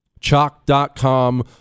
chalk.com